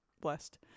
blessed